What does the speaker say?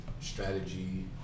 strategy